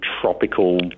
tropical